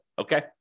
Okay